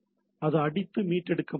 அது அடித்து மீட்டெடுக்க முயற்சிக்கும்